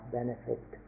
benefit